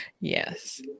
Yes